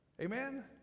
Amen